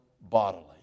bodily